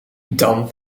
dan